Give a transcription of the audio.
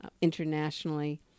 internationally